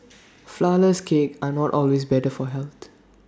Flourless Cakes are not always better for health